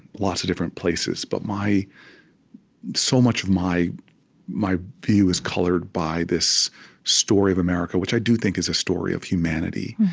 lots of different places. but so much of my my view is colored by this story of america, which i do think is a story of humanity.